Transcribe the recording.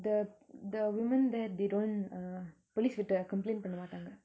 the the women there they don't uh police கிட்ட:kitta complain பன்ன மாட்டாங்க:panna maatanga